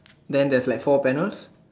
then there's like four panels